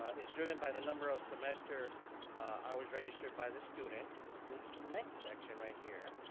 is driven by the number of semester hours registered by the student. this next section right here,